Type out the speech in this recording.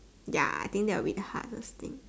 ya I think that'll be the hardest thing